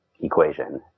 equation